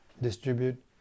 distribute